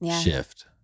shift